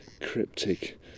cryptic